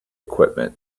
equipment